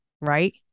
right